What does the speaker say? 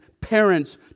parents